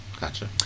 Gotcha